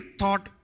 thought